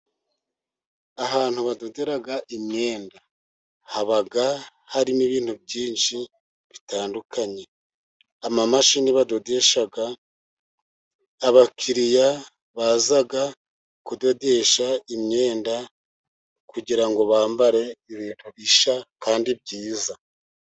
Ahantu badodera imyenda haba harimo ibintu byinshi bitandukanye, amamashini badodesha, abakiriya baza kudodesha imyenda kugira ngo bambare ibihishya kandi byiza.